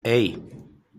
hey